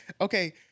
Okay